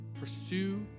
pursue